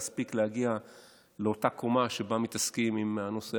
להספיק להגיע לאותה קומה שבה מתעסקים עם מה שנקרא